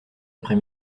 après